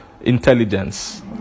intelligence